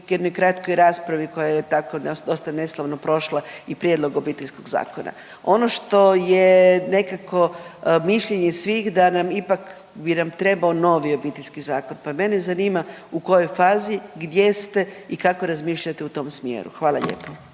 u jednoj kratkoj raspravi koja je tako dosta neslavno prošla, i prijedlog Obiteljskog zakona. Ono što je nekako mišljenje svih da nam ipak bi nam trebao novi Obiteljski zakon. Pa mene zanima, u kojoj fazi, gdje ste i kako razmišljate u tom smjeru. Hvala lijepo.